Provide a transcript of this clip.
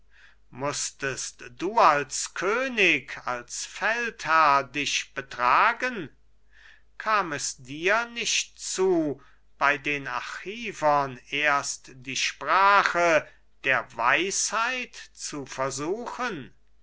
mußtest du als könig als feldherr dich betragen kam es dir nicht zu bei den achivern erst die sprache der weisheit zu versuchen